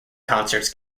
concerts